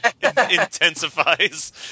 intensifies